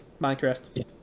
Minecraft